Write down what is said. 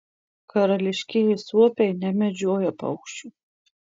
karališkieji suopiai nemedžioja paukščių